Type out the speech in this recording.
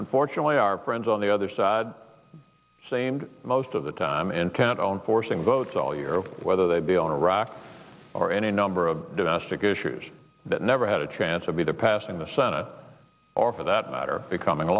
unfortunately our friends on the other side seemed most of the time in can't own forcing votes all year over whether they be on iraq or any number of domestic issues that never had a chance would be the passing the senate or for that matter becoming a